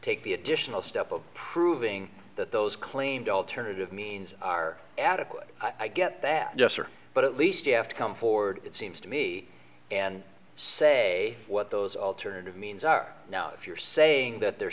take the additional step of proving that those claimed alternative means are adequate i get that yes or but at least you have to come forward it seems to me and say what those alternative means are now if you're saying that the